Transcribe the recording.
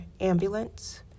ambulance